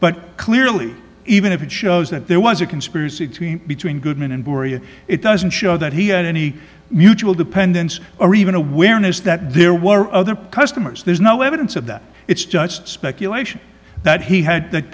but clearly even if it shows that there was a conspiracy between between goodman and gloria it doesn't show that he had any mutual dependence or even awareness that there were other customers there's no evidence of that it's just speculation that he had that